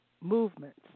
movements